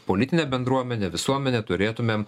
politinę bendruomenę visuomenę turėtumėm